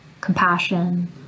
compassion